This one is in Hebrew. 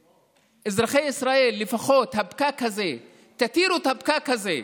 שאזרחי ישראל, לפחות תתירו את הפקק הזה,